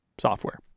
software